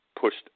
pushed